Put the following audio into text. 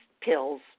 pills